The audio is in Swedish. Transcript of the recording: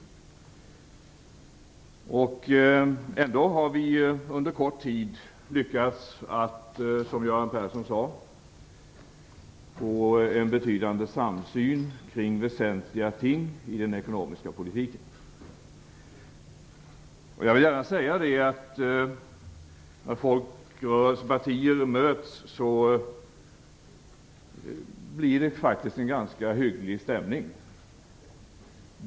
Ändå har vi under kort tid lyckats att, som Göran Persson sade, få en betydande samsyn kring väsentliga ting i den ekonomiska politiken. När folkrörelsepartier möts blir det faktiskt en ganska hygglig stämning.